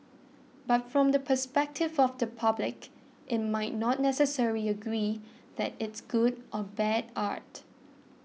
but from the perspective of the public it might not necessarily agree that it's good or bad art